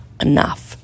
enough